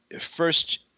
First